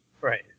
Right